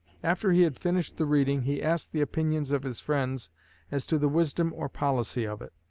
after he had finished the reading, he asked the opinions of his friends as to the wisdom or policy of it.